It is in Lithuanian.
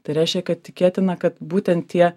tai reiškia kad tikėtina kad būtent tie